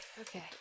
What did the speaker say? Okay